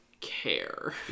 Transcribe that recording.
care